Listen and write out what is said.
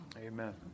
amen